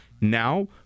now